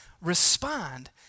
respond